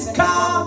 car